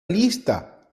lista